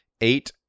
eight